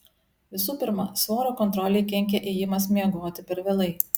visų pirma svorio kontrolei kenkia ėjimas miegoti per vėlai